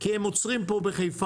כי הם עוצרים פה בחיפה.